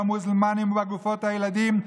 במוזלמנים ובגופות הילדים,